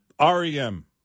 rem